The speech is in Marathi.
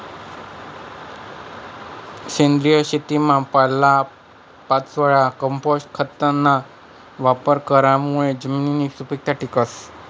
सेंद्रिय शेतीमा पालापाचोया, कंपोस्ट खतना वापर करामुये जमिननी सुपीकता टिकस